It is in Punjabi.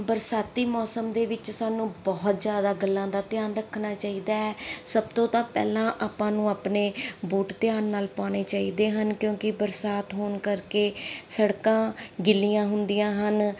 ਬਰਸਾਤੀ ਮੌਸਮ ਦੇ ਵਿੱਚ ਸਾਨੂੰ ਬਹੁਤ ਜ਼ਿਆਦਾ ਗੱਲਾਂ ਦਾ ਧਿਆਨ ਰੱਖਣਾ ਚਾਹੀਦਾ ਹੈ ਸਭ ਤੋਂ ਤਾਂ ਪਹਿਲਾਂ ਆਪਾਂ ਨੂੰ ਆਪਣੇ ਬੂਟ ਧਿਆਨ ਨਾਲ ਪਾਉਣੇ ਚਾਹੀਦੇ ਹਨ ਕਿਉਂਕਿ ਬਰਸਾਤ ਹੋਣ ਕਰਕੇ ਸੜਕਾਂ ਗਿੱਲੀਆਂ ਹੁੰਦੀਆਂ ਹਨ